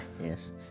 Yes